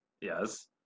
Yes